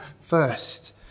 first